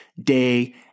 day